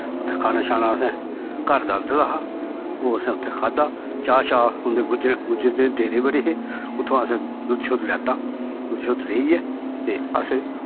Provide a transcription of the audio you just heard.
उत्थें खाना शाना असें घर दा आंह्दे दा हा ओह् असें उत्थें खाद्धा चाह् शाह् उं दे गुज्जर दे डेरे बड़े हे उत्थूं दा असें दुद्ध शुद्ध लैता दुद्ध शुद्ध लेइयै ते अस